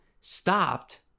stopped